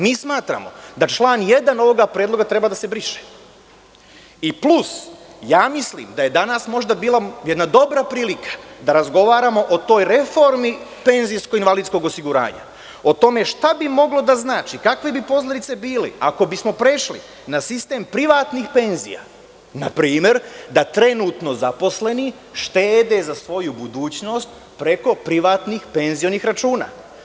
Mi smatramo da član 1. ovog predloga treba da se briše i plus, ja mislim da je danas bila jedna dobra prilika da razgovaramo o toj reformi penzijsko invalidskog osiguranja, o tome šta bi moglo da znači, kakve bi posledice bile ako bismo prešli na sistem privatnih penzija, na primer da trenutno zaposleni štede za svoju budućnost preko privatnih penzionih računa.